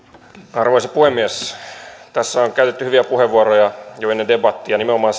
arvoisa puhemies tässä on käytetty hyviä puheenvuoroja jo ennen debattia nimenomaan